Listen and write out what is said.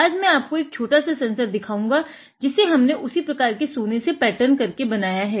आज मै आपको एक छोटा सा सेंसर दिखाऊंगा जिसे हमने उसी प्रकार के सोने से पैटर्न करके बनाया है